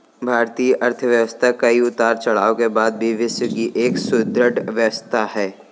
भारतीय अर्थव्यवस्था कई उतार चढ़ाव के बाद भी विश्व की एक सुदृढ़ व्यवस्था है